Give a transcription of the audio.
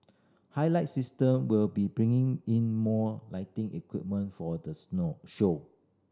highlight System will be bringing in more lighting equipment for the show